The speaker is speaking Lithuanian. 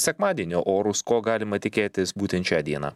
sekmadienio orus ko galima tikėtis būtent šią dieną